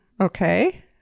okay